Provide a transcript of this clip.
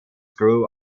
grew